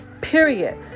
period